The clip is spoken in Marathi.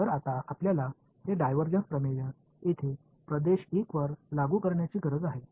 तर आता आपल्याला हे डायव्हर्जन प्रमेय येथे प्रदेश 1 वर लागू करण्याची गरज आहे